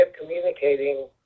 communicating